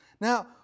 Now